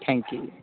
thank you ਜੀ